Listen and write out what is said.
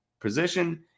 position